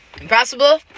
Impossible